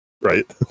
Right